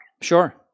Sure